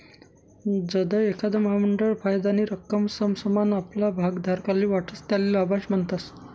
जधय एखांद महामंडळ फायदानी रक्कम समसमान आपला भागधारकस्ले वाटस त्याले लाभांश म्हणतस